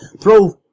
throw